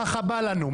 ככה בא לנו.